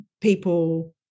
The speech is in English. people